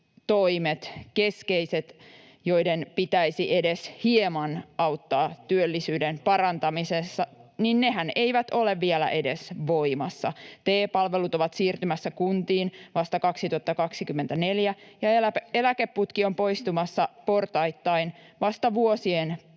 työllisyystoimet, joiden pitäisi edes hieman auttaa työllisyyden parantamisessa, eivät ole vielä edes voimassa. TE-palvelut ovat siirtymässä kuntiin vasta 2024 [Tuomas Kettunen: Onneksi!] ja eläkeputki on poistumassa portaittain vasta vuosien